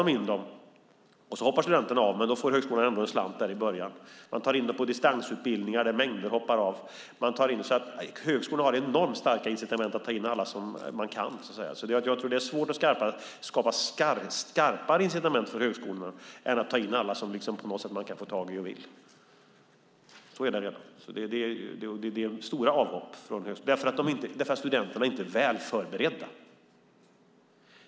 De tar in dem, och så hoppar studenterna av, men högskolan får ändå en slant i början. Man tar in dem på distansutbildningar, som mängder av studenter hoppar av från. Högskolorna har enormt starka incitament att ta in alla som de kan. Jag tror att det är svårt att skapa skarpare incitament för högskolorna än att de tjänar på att ta in alla som de på något sätt kan ta få tag i och som vill. Så är det redan. Det är stora avhopp från högskolan, ty studenterna är inte väl förberedda.